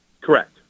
Correct